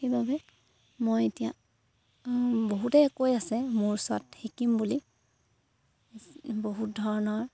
সেইবাবে মই এতিয়া বহুতে কৈ আছে মোৰ ওচৰত শিকিম বুলি বহুত ধৰণৰ